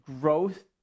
growth